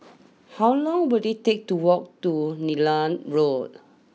how long will it take to walk to Neram Road